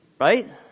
right